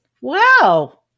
Wow